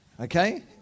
Okay